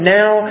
now